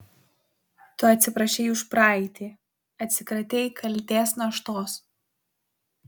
tu atsiprašei už praeitį atsikratei kaltės naštos